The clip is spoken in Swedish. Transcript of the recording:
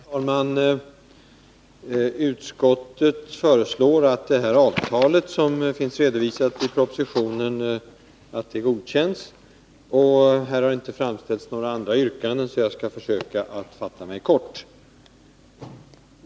Herr talman! Utskottet föreslår att det avtal som finns redovisat i propositionen godkänns, och eftersom det inte har framställts några andra yrkanden här skall jag försöka fatta mig kort.